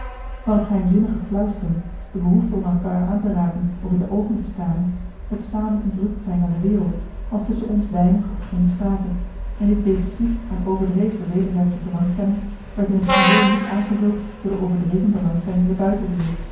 van het geheimzinnige fluisteren de behoefte om elkaar aan te raken of in de oogen te staren het samen ontrukt zijn aan de wereld was tusschen ons weinig of geen sprake en dit deficit aan overdreven wederzijdsche belangstelling werd in t geheel niet aan gevuld door de overdreven belangstelling in de buitenwereld